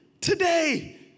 today